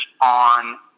on